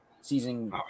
season